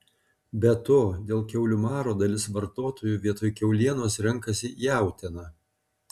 be to dėl kiaulių maro dalis vartotojų vietoj kiaulienos renkasi jautieną